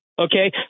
Okay